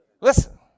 Listen